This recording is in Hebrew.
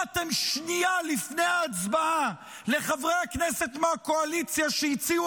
באתם שנייה לפני ההצבעה לחברי הכנסת מהקואליציה שהציעו